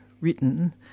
written